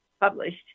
published